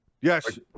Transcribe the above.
Yes